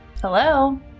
Hello